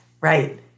right